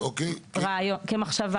כרגע כמחשבה.